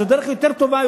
זו דרך יותר טובה,